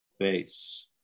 face